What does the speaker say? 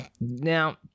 Now